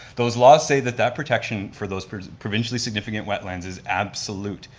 those laws say that that protection for those provincially significant wetlands is absolute.